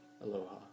Aloha